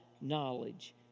knowledge